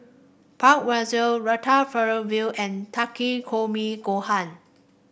Ratatouille and Takikomi Gohan